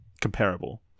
comparable